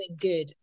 good